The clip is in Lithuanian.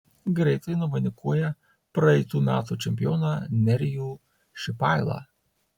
greitai nuvainikuoja praeitų metų čempioną nerijų šipailą